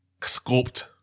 sculpt